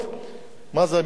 מה זה הממשלה הזאת.